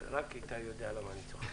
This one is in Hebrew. בנושא: